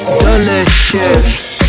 delicious